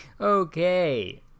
Okay